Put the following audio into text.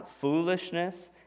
foolishness